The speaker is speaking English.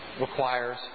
requires